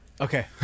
Okay